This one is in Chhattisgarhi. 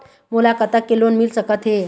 मोला कतका के लोन मिल सकत हे?